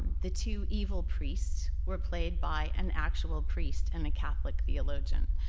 the two evil priests were played by an actual priest and a catholic theologian.